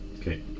Okay